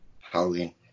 Halloween